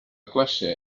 classe